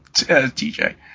TJ